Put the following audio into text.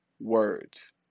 words